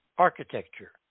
architecture